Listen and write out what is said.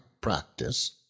practice